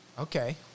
Okay